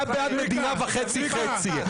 אתה בעד מדינה וחצי חצי.